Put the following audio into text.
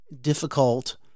difficult